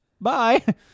Bye